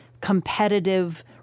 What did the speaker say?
competitive